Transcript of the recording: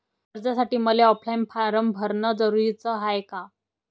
कर्जासाठी मले online form भरन जरुरीच हाय का?